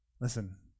Listen